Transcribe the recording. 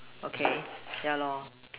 okay yeah lah